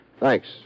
Thanks